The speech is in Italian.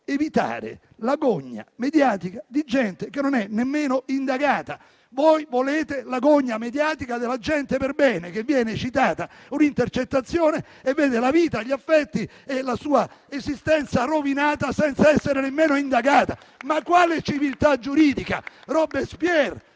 evitare la gogna mediatica di gente che non è nemmeno indagata. Voi volete la gogna mediatica della gente perbene che viene citata in un'intercettazione e vede la vita, gli affetti e la sua esistenza rovinati senza essere nemmeno indagata. Ma quale civiltà giuridica? Robespierre